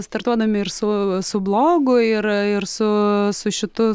startuodami ir su su blogu ir ir su su šitu